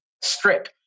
strip